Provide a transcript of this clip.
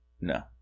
No